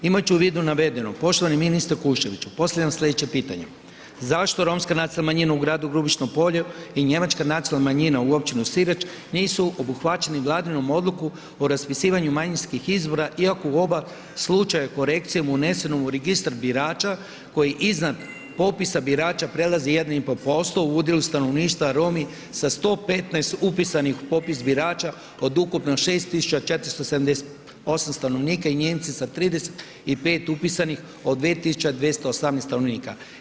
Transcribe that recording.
Imajući u vidu navedeno, poštovani ministre Kuščeviću postavljam sledeće pitanje, zašto romska nacionalna manjima u gradu Grubišno polje i njemačka nacionalna manjina u općini Sirač nisu obuhvaćeni vladinom odluku o raspisivanju manjinskih izbora iako u oba slučaja korekcijom unesenom u registar birača koji iznad popisa birača prelazi 1,5% u udjelu stanovništva, Romi sa 115 upisanih u popis birača od ukupno 6478 stanovnika i Nijemci sa 35 upisanih od 2218 stanovnika.